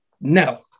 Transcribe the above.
No